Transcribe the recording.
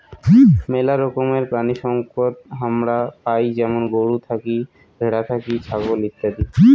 মেলা রকমের প্রাণিসম্পদ হামারা পাই যেমন গরু থাকি, ভ্যাড়া থাকি, ছাগল ইত্যাদি